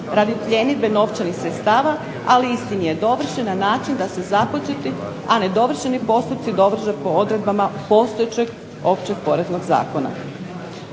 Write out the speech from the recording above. radi pljenidbe novčanih sredstava ali isti nije dovršen na način da se započeti a nedovršeni postupci dovrše po odredbama postojećeg općeg poreznog zakona.